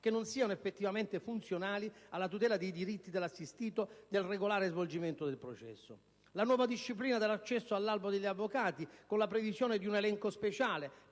che non siano effettivamente funzionali alla tutela dei diritti dell'assistito e del regolare svolgimento del processo; nuova disciplina dell'accesso all'Albo degli avvocati, con la previsione di un elenco speciale